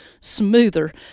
smoother